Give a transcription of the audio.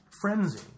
frenzy